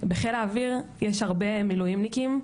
בחיל האוויר יש הרבה מילואימניקים,